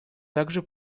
также